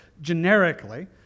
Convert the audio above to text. generically